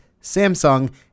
Samsung